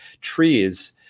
trees